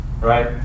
Right